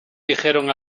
dijeron